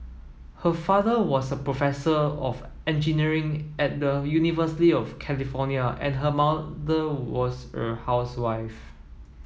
her father was a professor of engineering at the University of California and her mother was a housewife